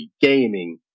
gaming